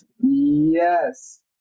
Yes